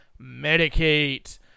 Medicaid